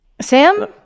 Sam